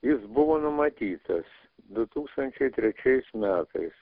jis buvo numatytas du tūkstančiai trečiais metais